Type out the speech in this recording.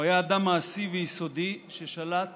הוא היה אדם מעשי ויסודי ששלט